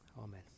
Amen